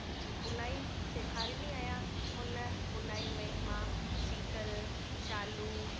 जी भुनाई सेखारींदी आहियां हुन भुनाई में मां सीटर शालूं